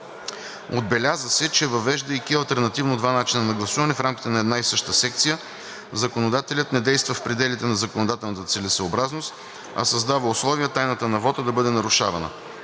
Отбеляза се, че въвеждайки алтернативно два начина на гласуване в рамките на една и съща секция, законодателят не действа в пределите на законодателната целесъобразност, а създава условия тайната на вота да бъде нарушавана.